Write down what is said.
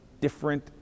different